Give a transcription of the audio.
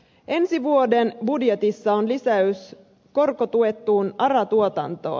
ensi vuoden budjetissa on lisäys korkotuettuun ara tuotantoon